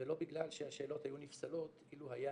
ולא בגלל שהטובות היו נפסלות אילו היה